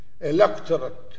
electorate